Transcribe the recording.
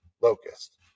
locust